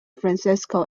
francisco